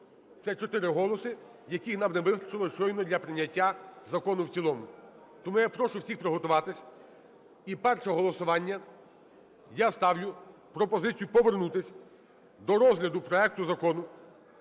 Це чотири голоси, яких нам не вистачило щойно для прийняття закону в цілому. Тому я прошу всіх приготуватися, і перше голосування – я ставлю пропозицію повернутися до розгляду проекту Закону